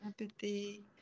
empathy